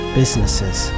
businesses